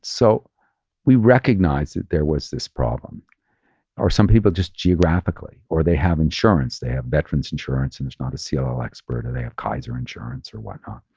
so we recognize that there was this problem or some people just geographically or they have insurance, they have veteran's insurance and there's not a cll ah ah expert or they have kaiser insurance or whatnot.